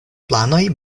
planoj